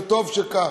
וטוב שכך.